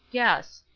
yes.